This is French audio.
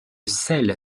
selle